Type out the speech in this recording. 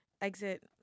exit